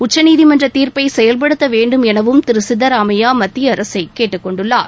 உச்சநீதிமன்ற தீர்ப்பை செயல்படுத்த வேண்டும் எனவும் திரு சித்தராமையா மத்திய அரசை கேட்டுக்கொண்டுள்ளார்